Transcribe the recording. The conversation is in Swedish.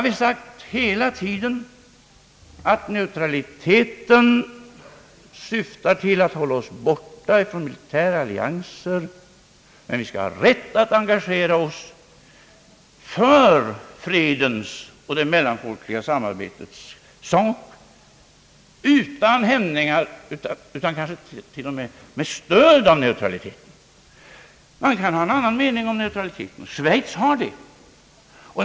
Vi har hela tiden sagt att neutraliteten syftar till att hålla oss borta från militära allianser men att vi skall ha rätt att engagera oss för fredens och det mellanfolkliga samarbetets sak, kanske t.o.m. med stöd av neutraliteten. Det kan råda en annan mening om neutraliteten Schweiz har det.